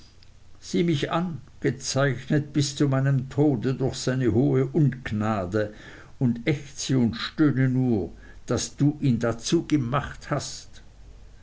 sieh mich an gezeichnet bis zu meinem tode durch seine hohe ungnade und ächze und stöhne nur daß du ihn dazu gemacht hast